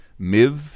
Miv